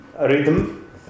rhythm